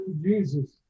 Jesus